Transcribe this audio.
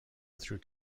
through